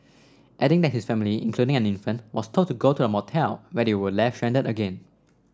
adding that his family including an infant was told to go to a motel where they were left stranded again